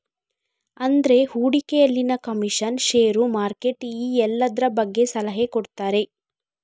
ಅಂದ್ರೆ ಹೂಡಿಕೆಯಲ್ಲಿನ commission, share, market ಈ ಎಲ್ಲದ್ರ ಬಗ್ಗೆ ಸಲಹೆ ಕೊಡ್ತಾರೆ